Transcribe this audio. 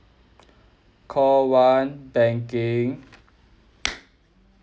call one banking